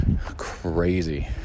crazy